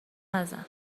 نزن